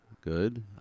good